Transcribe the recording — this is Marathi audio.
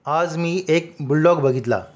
आज मी एक बुलडॉग बघितला